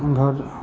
ओमहर